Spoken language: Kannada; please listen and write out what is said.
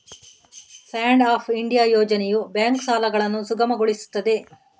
ಸ್ಟ್ಯಾಂಡ್ ಅಪ್ ಇಂಡಿಯಾ ಯೋಜನೆಯು ಬ್ಯಾಂಕ್ ಸಾಲಗಳನ್ನು ಸುಗಮಗೊಳಿಸುತ್ತದೆ